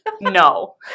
No